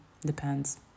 depends